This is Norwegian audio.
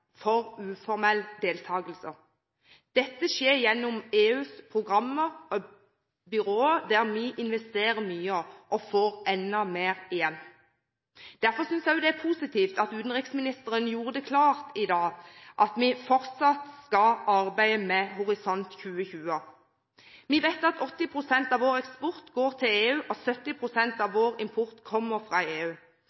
for uformell deltagelse. Dette skjer gjennom EUs programmer og byråer, der vi investerer mye og får enda mer igjen. Derfor synes jeg også det er positivt at utenriksministeren gjorde det klart i dag at vi fortsatt skal arbeide med Horisont 2020. Vi vet at 80 pst. av vår eksport går til EU, og 70 pst. av